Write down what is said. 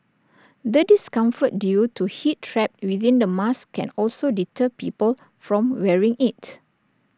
the discomfort due to heat trapped within the mask can also deter people from wearing IT